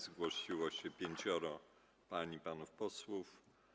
Zgłosiło się pięcioro pań i panów posłów.